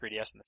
3DS